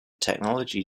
technology